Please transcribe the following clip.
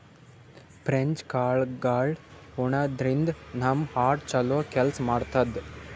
French ಕಾಳ್ಗಳ್ ಉಣಾದ್ರಿನ್ದ ನಮ್ ಹಾರ್ಟ್ ಛಲೋ ಕೆಲ್ಸ್ ಮಾಡ್ತದ್